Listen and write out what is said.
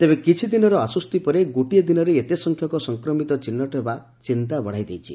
ତେବେ କିଛିଦିନର ଆଶ୍ୱ ଗୋଟିଏ ଦିନରେ ଏତେ ସଂଖ୍ୟକ ସଂକ୍ରମିତ ଚିହ୍ବଟ ହେବା ଚିନ୍ତା ବଡ଼ାଇଦେଇଛି